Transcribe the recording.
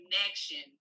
connection